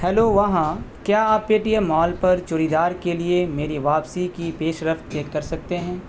hello وہاں کیا آپ پے ٹی ایم مال پر چوڑی دار کے لیے میری واپسی کی پیشرفت چیک کر سکتے ہیں